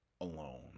alone